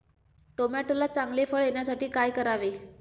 टोमॅटोला चांगले फळ येण्यासाठी काय करावे?